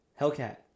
Hellcat